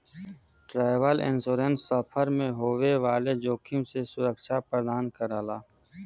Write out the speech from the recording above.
travel insurance सफर में होए वाले जोखिम से सुरक्षा प्रदान करला